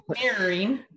Mirroring